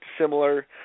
similar